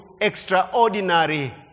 extraordinary